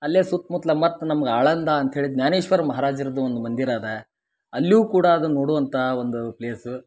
ಅಲ್ಲೇ ಸುತ್ತಮುತ್ತಲ ಮತ್ತು ನಮ್ಗ ಆಳಂದ ಅಂತ್ಹೇಳಿ ಜ್ಞಾನೇಶ್ವರ ಮಹಾರಾಜರುದು ಒಂದು ಮಂದಿರ ಅದಾ ಅಲ್ಲಿಯೂ ಕೂಡ ಅದು ನೋಡುವಂಥಾ ಒಂದು ಪ್ಲೇಸು